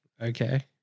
Okay